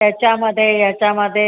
त्याच्यामध्ये ह्याच्यामध्ये